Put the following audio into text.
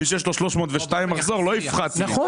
מי שיש לו 302,000 במחזור זה "לא יפחת מ...",